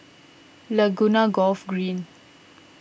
Laguna Golf Green